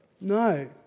No